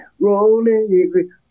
rolling